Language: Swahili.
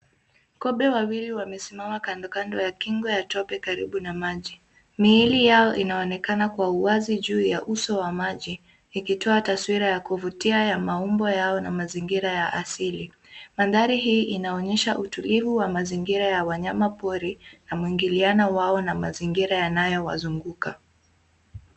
Kobe wawili wamesimama kando kando ya kingo ya tope karibu na maji. Miili yao inaonekana kwa uwazi juu ya uso wa maji ikitoa taswira ya kuvutia ya maumbo yao na mazingira ya asili. Mandhari hii inaonyesha utulivu wa mazingira ya wanyamapori na mwingiliano wao na mazingira yanayowazunguka.